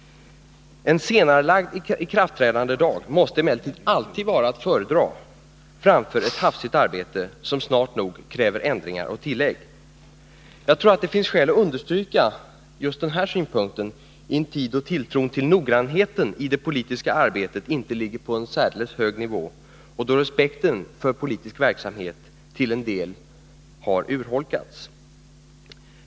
En senarelagd ikraftträdandedag måste emellertid alltid vara att föredra framför ett hafsigt arbete som snart nog kräver ändringar och tillägg. Det kan finnas skäl att understryka denna synpunkt i en tid då tilltron till noggrannheten i det politiska arbetet inte ligger på en särskilt hög nivå och då respekten för politisk verksamhet till en del har urholkats.